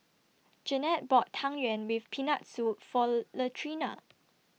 Janette bought Tang Yuen with Peanut Soup For Latrina